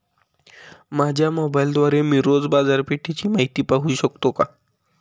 माझ्या मोबाइलद्वारे मी रोज बाजारपेठेची माहिती पाहू शकतो का?